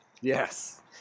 yes